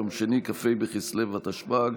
יום שני כ"ה בכסלו התשפ"ג,